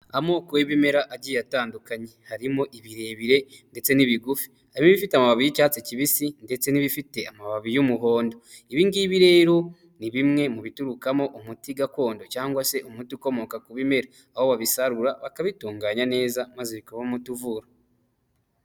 Amoko y'ibimera agiye atandukanye harimo ibirebire ndetse n'ibigufi ibifite amabara y'icyatsi kibisi ndetse n'ibifite amababi y'umuhondo ibingibi rero ni bimwe mu biturukamo umuti gakondo cyangwa se umuti ukomoka ku bimera aho babisarura bakabitunganya neza maze bikavamo umuti uvura.